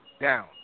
down